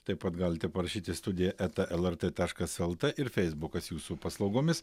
taip pat galite parašyti studija eta lrt taškas lt ir feisbukas jūsų paslaugomis